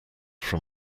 from